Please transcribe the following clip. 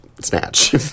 Snatch